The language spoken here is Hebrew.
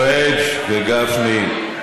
פריג' וגפני,